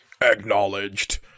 Acknowledged